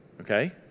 okay